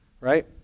right